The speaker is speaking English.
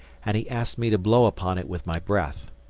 and he asked me to blow upon it with my breath.